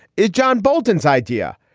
is john bolton's idea.